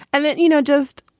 i mean, you know, just,